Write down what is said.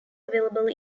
available